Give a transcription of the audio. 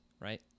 right